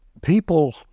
People